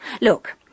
look